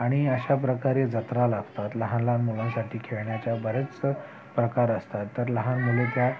आणि अशाप्रकारे जत्रा लागतात लहान लहान मुलांसाठी खेळण्याच्या बरेच प्रकार असतात तर लहान मुले त्या